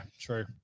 true